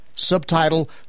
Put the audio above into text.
Subtitle